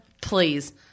please